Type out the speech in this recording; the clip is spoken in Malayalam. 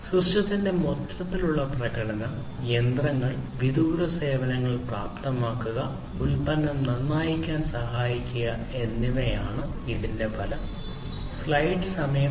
സിസ്റ്റത്തിന്റെ മൊത്തത്തിലുള്ള പ്രകടനം യന്ത്രങ്ങൾ വിദൂര സേവനങ്ങൾ പ്രാപ്തമാക്കുക ഉൽപ്പന്നം നന്നാക്കാൻ സഹായിക്കുക എന്നിവയാണ് ഇതിന്റെ ഫലം